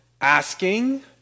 asking